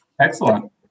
Excellent